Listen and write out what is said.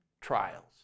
trials